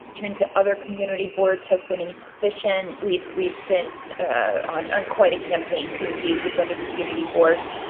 to and to other community boards has been insufficient. we've, we've been on on quite a campaign to engage with other community boards,